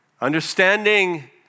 Understanding